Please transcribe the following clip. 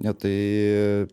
ne tai